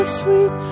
sweet